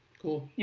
cool, yeah